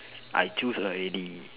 I choose already